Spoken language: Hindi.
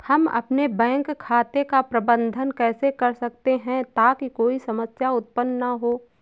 हम अपने बैंक खाते का प्रबंधन कैसे कर सकते हैं ताकि कोई समस्या उत्पन्न न हो?